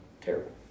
terrible